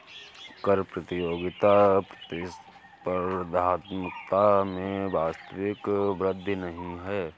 कर प्रतियोगिता प्रतिस्पर्धात्मकता में वास्तविक वृद्धि नहीं है